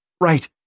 Right